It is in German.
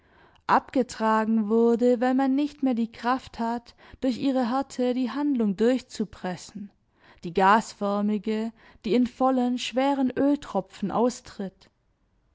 abgetragen wurde weil man nicht mehr die kraft hat durch ihre härte die handlung durchzupressen die gasförmige die in vollen schweren öltropfen austritt